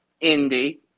Indy